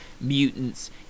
mutants